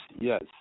yes